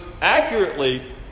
accurately